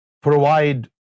provide